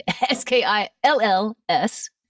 S-K-I-L-L-S